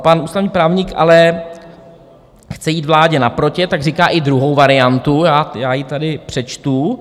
Pan ústavní právník ale chce jít vládě naproti, tak říká i druhou variantu, já ji tady přečtu: